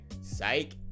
psych